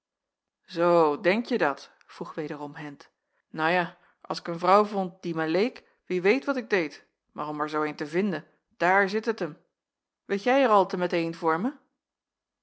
meneer zoo denkje dat vroeg wederom hendt nou ja as ik een vrouw vond die mij leek wie weet wat ik deed maar om er zoo een te vinden daar zit t m weet jij er altemet een